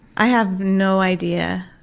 i have no idea.